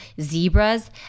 zebras